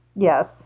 Yes